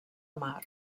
mar